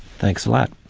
thanks a lot.